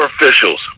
officials